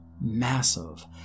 massive